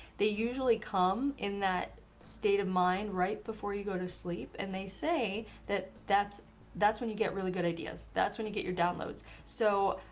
they usually come in that state of mind right before you go to sleep and they say that that's that's when you get really good ideas, that's when you get your downloads. so,